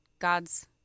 God's